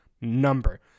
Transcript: number